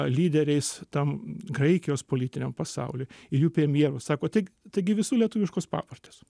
lyderiais tam graikijos politiniam pasauliui jų premjero sako tai taigi visų lietuviškos pavardės